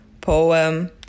poem